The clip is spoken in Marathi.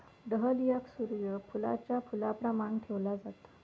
डहलियाक सूर्य फुलाच्या फुलाप्रमाण ठेवला जाता